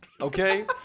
okay